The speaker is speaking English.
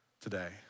today